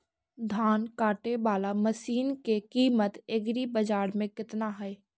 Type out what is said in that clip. धान काटे बाला मशिन के किमत एग्रीबाजार मे कितना है?